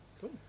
Cool